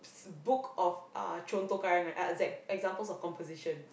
book of uh contoh karangan uh eh examples of composition